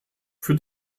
für